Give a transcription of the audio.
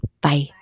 Bye